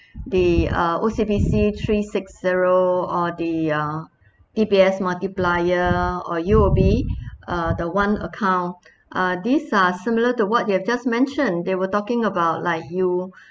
they are O_C_B_C three six zero or the uh D_B_S multiplier or U_O_B uh the one account uh these are similar to what you have just mentioned they were talking about like you